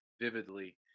vividly